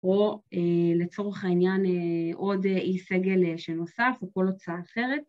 או לצורך העניין עוד איש סגל שנוסף או כל הוצאה אחרת.